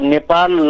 Nepal